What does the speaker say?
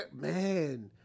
man